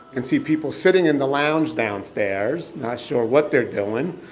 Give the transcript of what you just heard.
and see people sitting in the lounge downstairs not sure what they're doing.